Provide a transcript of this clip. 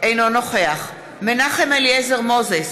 אינו נוכח מנחם אליעזר מוזס,